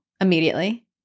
immediately